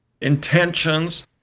intentions